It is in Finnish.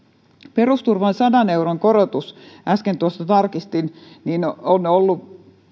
perusturvan sadan euron korotus äsken tuossa tarkistin on ollut